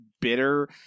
bitter